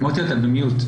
התקציב להתמודדות עם משבר